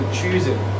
choosing